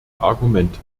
argumente